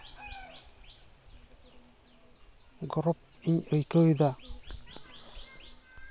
ᱜᱚᱨᱚᱵᱽ ᱤᱧ ᱟᱹᱭᱠᱟᱹᱣᱮᱫᱟ